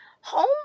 home